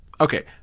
Okay